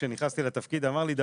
כשנכנסתי לתפקיד אמר לי,